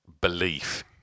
belief